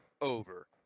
over